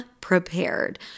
prepared